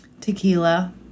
tequila